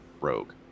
Rogue